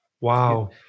wow